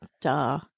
Duh